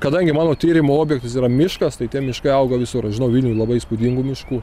kadangi mano tyrimo objektas yra miškas tai ten miškai auga visur aš žinau vilniuj labai įspūdingų miškų